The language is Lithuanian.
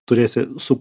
turėsi su